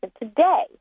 today